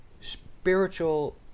Spiritual